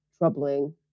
troubling